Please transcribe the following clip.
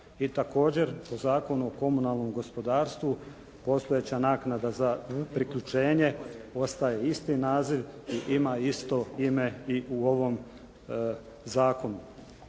I također po Zakonu o komunalnom gospodarstvu postojeća naknada za priključenje postaje isti naziv i ima isto ime i u ovom zakonu.